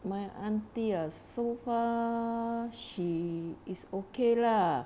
my auntie ah so far she is okay lah